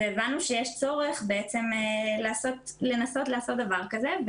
הבנו שיש צורך בעצם לנסות לעשות דבר כזה.